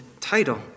title